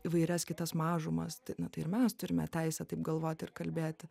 įvairias kitas mažumas tai na tai ir mes turime teisę taip galvoti ir kalbėti